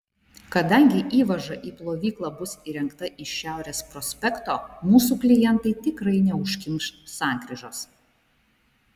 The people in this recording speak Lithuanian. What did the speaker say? kadangi įvaža į plovyklą bus įrengta iš šiaurės prospekto mūsų klientai tikrai neužkimš sankryžos